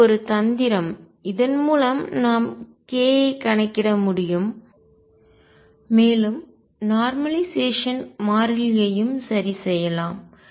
இது ஒரு தந்திரம் இதன் மூலம் நாம் k ஐ கணக்கிட முடியும் மேலும் நார்மலைசேஷன் மாறிலியையும் சரிசெய்யலாம்